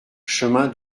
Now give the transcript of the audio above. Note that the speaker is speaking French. chemin